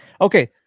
Okay